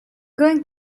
going